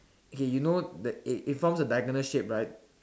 okay you know the it forms a diagonal shape right